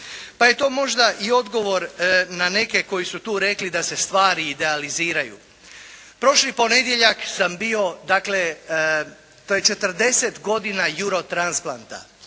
Pa je to možda i odgovor na neke koji su tu rekli da se stvari idealiziraju. Prošli ponedjeljak sam bio dakle to je četrdeset godina euro transplanta.